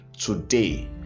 Today